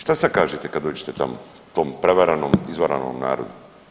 Šta sad kažete kad dođete tamo tom prevaranom, izvaranom narodu?